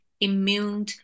immune